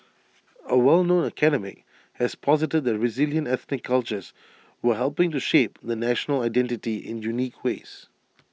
A well known academic has posited that resilient ethnic cultures were helping to shape the national identity in unique ways